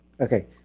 Okay